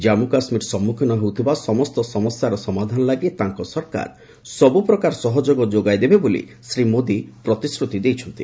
କାମ୍ଗୁ କାଶ୍ମୀର ସମ୍ମୁଖୀନ ହେଉଥିବା ସମସ୍ତ ସମସ୍ୟାର ସମାଧାନ ଲାଗି ତାଙ୍କ ସରକାର ସବୃ ପ୍ରକାର ସହଯୋଗ ଯୋଗାଇଦେବେ ବୋଲି ଶ୍ରୀ ମୋଦି ପ୍ରତିଶ୍ରତି ଦେଇଛନ୍ତି